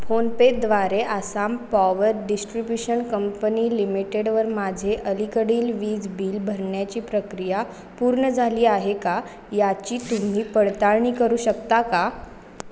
फोनपेद्वारे Assam power distribution company लिमिटेडवर माझे अलीकडील वीज बिल भरण्याची प्रक्रिया पूर्ण झाली आहे का याची तुम्ही पडताळणी करू शकता का